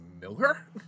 Miller